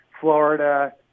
Florida